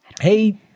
Hey